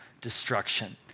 destruction